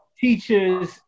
teachers